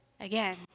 Again